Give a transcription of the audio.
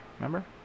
Remember